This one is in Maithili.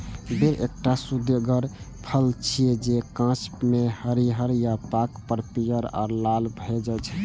बेर एकटा सुअदगर फल छियै, जे कांच मे हरियर आ पाके पर पीयर आ लाल भए जाइ छै